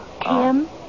Kim